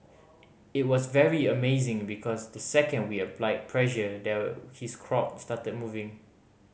it was very amazing because the second we applied pressure there his crop started moving